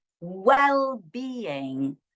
well-being